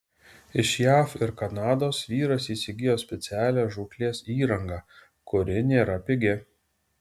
iš jav ir kanados vyras įsigijo specialią žūklės įrangą kuri nėra pigi